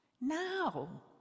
Now